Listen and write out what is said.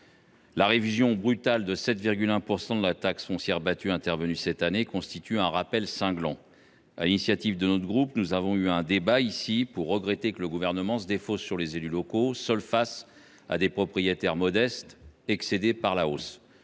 La révision brutale, de 7,1 %, des bases de la taxe foncière intervenue cette année constitue un rappel cinglant. Sur l’initiative de notre groupe, nous avons eu un débat, ici, pour regretter que le Gouvernement se défausse sur les élus locaux, seuls face à des propriétaires modestes excédés par la hausse.